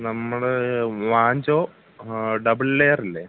നമ്മൾ വാഞ്ചോ ഡബിൾ ലെയറില്ലേ